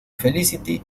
felicity